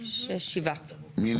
הצבעה בעד 6 נגד 7 נמנעים